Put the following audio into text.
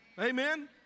Amen